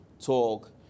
talk